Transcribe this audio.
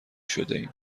شدهایم